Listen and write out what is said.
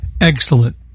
excellent